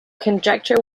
conjecture